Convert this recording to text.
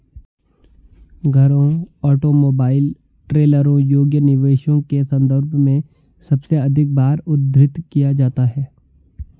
घरों, ऑटोमोबाइल, ट्रेलरों योग्य निवेशों के संदर्भ में सबसे अधिक बार उद्धृत किया जाता है